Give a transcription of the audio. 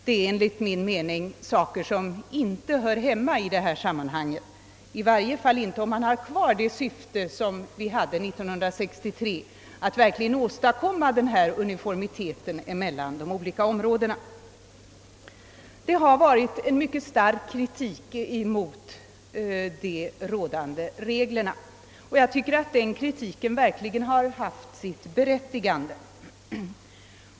Det är enligt min mening saker som inte hör hit i varje fall inte om man vill bibehålla syftet från år 1963, nämligen att verkligen söka åstadkomma uniformitet mellan de olika områdena. Mycket stark kritik har framförts mot de gällande reglerna, och jag tycker att denna kritik verkligen är berättigad.